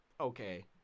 okay